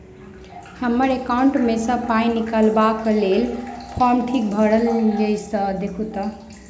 हम्मर एकाउंट मे सऽ पाई निकालबाक लेल फार्म ठीक भरल येई सँ देखू तऽ?